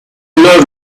love